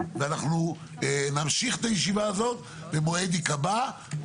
ואנחנו נמשיך את הישיבה הזאת במועד שייקבע בהמשך.